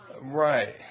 Right